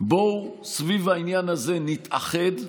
בואו סביב העניין הזה נתאחד עכשיו,